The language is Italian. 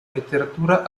letteratura